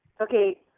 Okay